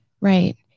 Right